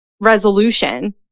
resolution